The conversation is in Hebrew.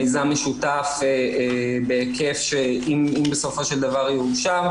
מיזם משותף אם בסופו של דבר יאושר,